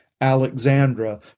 Alexandra